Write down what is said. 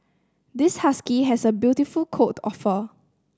this husky has a beautiful coat of fur